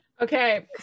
okay